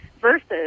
versus